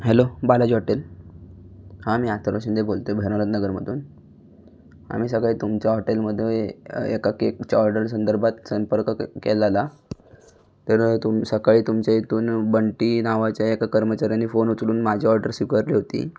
hello Balaji hotel हा मी आथर्व शिंदे बोलतो आहे भैरवनाथ नगरमधून आम्ही सगळे तुमच्या हॉटेलमध्ये एका केकच्या ऑर्डर संदर्भात संपर्क केल केलेला तर तुम सकाळी तुमच्या इथून बंटी नावाच्या एका कर्मचाऱ्याने फोन उचलून माझी ऑर्डर स्वीकारली होती